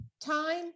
time